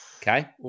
Okay